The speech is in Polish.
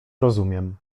rozumiem